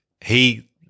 he-